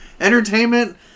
entertainment